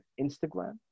instagram